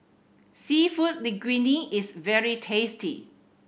Seafood Linguine is very tasty